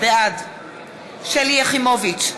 בעד שלי יחימוביץ,